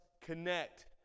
connect